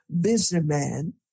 businessman